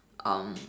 um